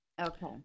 Okay